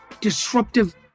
disruptive